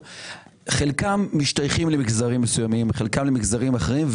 חלקם משתייכים למגזרים מסוימים וחלקם למגזרים אחרים.